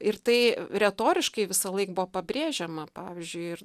ir tai retoriškai visąlaik buvo pabrėžiama pavyzdžiui ir